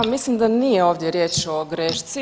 Da, mislim da nije ovdje riječ o grešci.